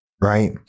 Right